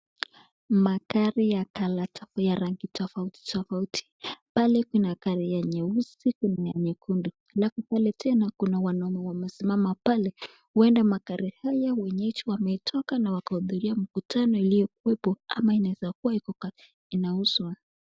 Magari ya colour ya rangi tofauti tofauti. Pale kuna gari ya nyeusi kuna ya nyekundu. Halafu pale tena kuna wanaume wamesimama pale, huenda magari haya huonyesha wametoka na wakahudhuria mkutano iliyokuwepo ama inaeza kuwa iko inauzwa.